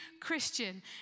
Christian